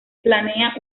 planea